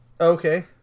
okay